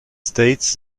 states